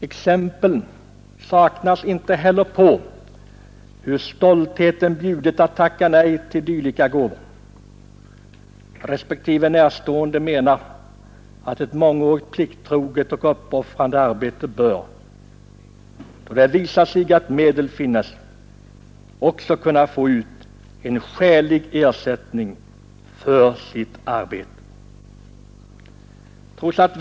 Det saknas inte heller exempel på hur stoltheten har bjudit att tacka nej till dylika gåvor. Den närstående, eller i detta fall hemmadottern, har då menat, att om det finns medel så bör hon också kunna erhålla skälig ersättning för sitt plikttrogna och uppoffrande arbete.